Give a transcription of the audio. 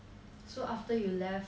so after you left